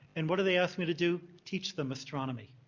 and what did they ask me to do? teach them astronomy.